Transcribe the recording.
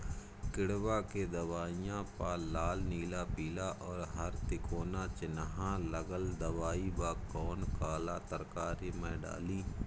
किड़वा के दवाईया प लाल नीला पीला और हर तिकोना चिनहा लगल दवाई बा कौन काला तरकारी मैं डाली?